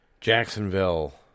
Jacksonville